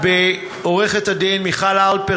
בבקשה, אדוני.